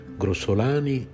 grossolani